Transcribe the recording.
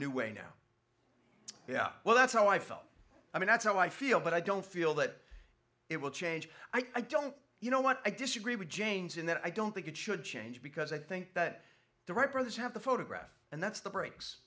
new way now yeah well that's how i felt i mean that's how i feel but i don't feel that it will change i don't you know what i disagree with jane's in that i don't think it should change because i think that the wright brothers have the photograph and that's the breaks